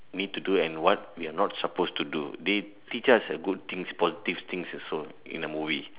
need to do and what we not supposed to do they teach us good things positive things also in the movie